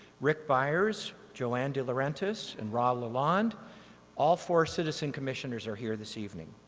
rick byers, joanne de laurentiis and ron lalond all four citizen commissioners are here this evening.